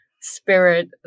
spirit